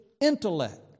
intellect